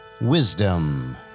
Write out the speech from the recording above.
Wisdom